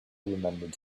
remembered